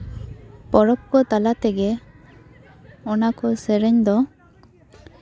ᱯᱚᱨᱚᱵᱽ ᱠᱚ ᱛᱟᱞᱟ ᱛᱮᱜᱮ ᱚᱱᱟ ᱠᱚ ᱥᱮᱨᱮᱧ ᱫᱚ